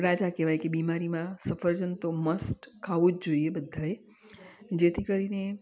રાજા કહેવાય કે બીમારીમાં સફરજન તો મસ્ટ ખાવું જ જોઈએ બધાએ જેથી કરીને